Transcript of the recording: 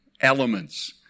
elements